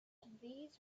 these